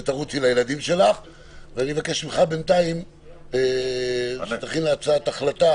אני מבקש שבינתיים תכין להצעת החלטה